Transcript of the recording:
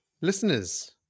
listeners